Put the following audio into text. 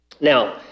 Now